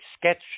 sketch